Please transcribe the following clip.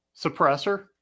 Suppressor